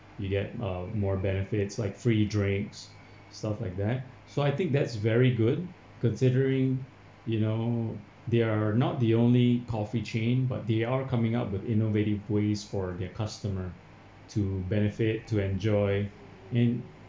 you get uh more benefits like free drinks stuff like that so I think that's very good considering you know they're not the only coffee chain but they are coming up with innovative ways for their customer to benefit to enjoy in